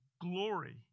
glory